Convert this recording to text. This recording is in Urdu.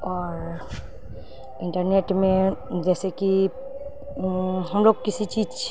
اور انٹرنیٹ میں جیسے کہ ہم لوگ کسی چیز